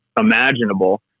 imaginable